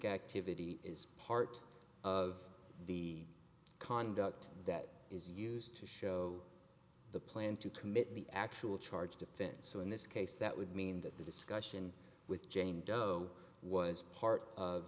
activity is part of the conduct that is used to show the plan to commit the actual charge defense so in this case that would mean that the discussion with jane doe was part of